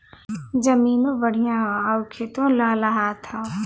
जमीनों बढ़िया हौ आउर खेतो लहलहात हौ